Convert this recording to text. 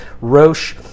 Roche